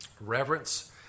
Reverence